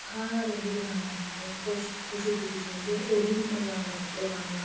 सारे इंदी दकाने उप्पर जंदे खुशी खुशी जंदे उनेंगी बी मजा औंदा कपडे़ पाने दा